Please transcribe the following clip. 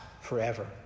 forever